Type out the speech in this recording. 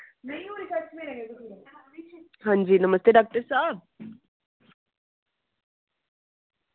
हां जी नमस्ते डॉक्टर साहब